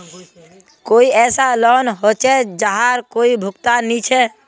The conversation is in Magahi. कोई ऐसा लोन होचे जहार कोई भुगतान नी छे?